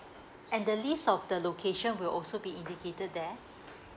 and the list of the location will also be indicated there